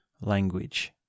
language